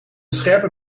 scherpe